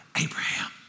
Abraham